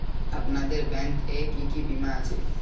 আপনাদের ব্যাংক এ কি কি বীমা আছে?